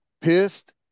pissed